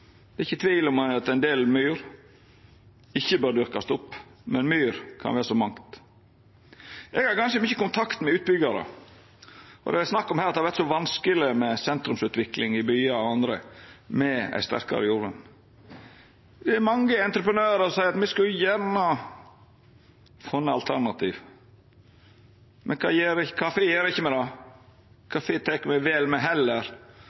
Det er ikkje tvil om at ein del myr ikkje bør dyrkast opp, men myr kan vera så mangt. Eg har ganske mykje kontakt med utbyggjarar. Det er snakk om at det vert så vanskeleg med sentrumsutvikling i byar og andre plassar med eit sterkare jordvern. Det er mange entreprenørar som seier at dei gjerne skulle funne alternativ. Kvifor gjer dei ikkje det? Kvifor vel dei heller